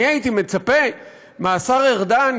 אני הייתי מצפה מהשר ארדן,